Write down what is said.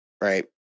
right